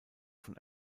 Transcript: von